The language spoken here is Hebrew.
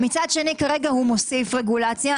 מצד שני כרגע הוא מוסיף רגולציה.